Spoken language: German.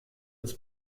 das